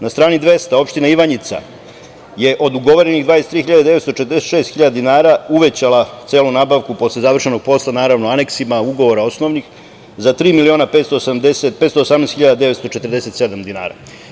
Na strani 200. opština Ivanjica je od ugovorenih 23.946 dinara uvećala celu nabavku posle završenog posla, naravno, aneksima osnovnih ugovora, za 3.518.947 dinara.